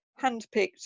handpicked